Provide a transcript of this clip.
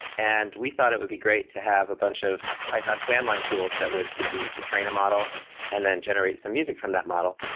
and we thought it would be great to have a bunch of python command line tools that would be used to train a model and then generate some music from that model.